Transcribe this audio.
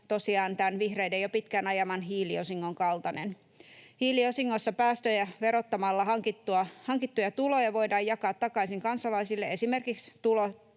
tosiaan tämän vihreiden jo pitkään ajaman hiiliosingon kaltainen. Hiiliosingossa päästöjä verottamalla hankittuja tuloja voidaan jakaa takaisin kansalaisille esimerkiksi